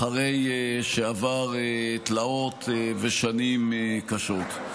אחרי שעבר תלאות ושנים קשות.